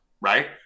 right